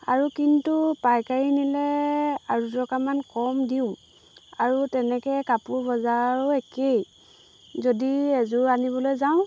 আৰু কিন্তু পাইকাৰী নিলে আৰু দুটকামান কম দিওঁ আৰু তেনেকৈ কাপোৰ বজাৰৰো একেই যদি এযোৰ আনিবলৈ যাওঁ